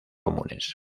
comunes